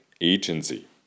agency